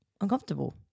uncomfortable